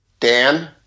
Dan